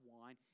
wine